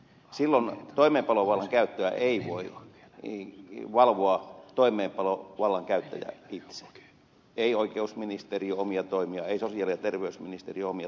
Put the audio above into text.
silloin toimeenpanovallan käyttöä ei voi valvoa toimeenpanovallan käyttäjä itse ei oikeusministeriö omia toimiaan ei sosiaali ja terveysministeriö omia toimiaan